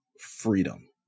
Freedom